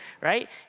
right